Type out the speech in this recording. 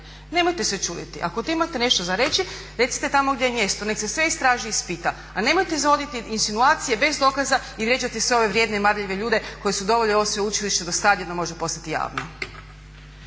Nemojte se čuditi, ako imate nešto za reći recite tamo gdje je mjesto, neka se sve istraži i ispita a nemojte …/Govornik se ne razumije./… insinuacije bez dokaza i vrijeđati sve ove vrijedne i marljive ljude koji su doveli ovo sveučilište do stadija da može postati javno.